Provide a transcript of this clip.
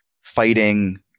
fighting